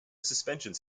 suspensions